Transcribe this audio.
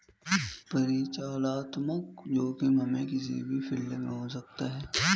परिचालनात्मक जोखिम हमे किसी भी फील्ड में हो सकता है